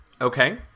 Okay